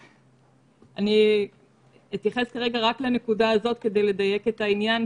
אני אתייחס רק לנקודה הזאת כדי לדייק את העניין,